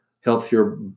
Healthier